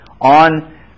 on